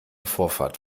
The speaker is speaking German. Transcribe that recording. vorfahrt